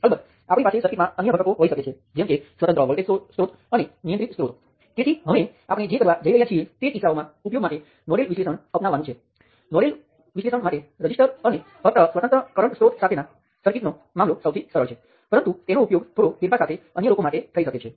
અને આ કિસ્સામાં કરંટ નિયંત્રિત વોલ્ટેજ સ્ત્રોત નોડ 1 અને 2 વચ્ચે જોડવામાં આવે છે અને તેનું મૂલ્ય કેટલાક Rm દ્વારા આપવામાં આવે છે - સપ્રમાણ અચળાંક Ix ગણું અને Ix તે રીતે વ્યાખ્યાયિત કરવામાં આવે છે